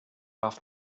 off